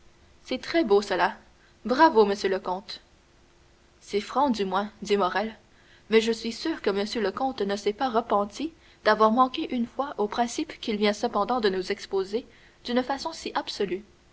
c'est très beau cela bravo monsieur le comte c'est franc du moins dit morrel mais je suis sûr que monsieur le comte ne s'est pas repenti d'avoir manqué une fois aux principes qu'il vient cependant de nous exposer d'une façon si absolue